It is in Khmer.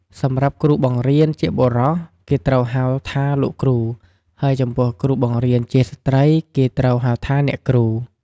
សម្រាប់គ្រូបង្រៀនជាបុរស គេត្រូវហៅថា "លោកគ្រូ" ហើយចំពោះគ្រូបង្រៀនជាស្ត្រី គេត្រូវហៅថា "អ្នកគ្រូ" ។